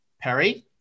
Perry